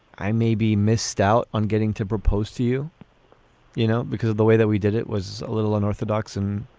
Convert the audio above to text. i may be missed out on getting to propose to you you know because of the way that we did it was a little unorthodox and